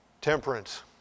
temperance